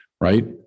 right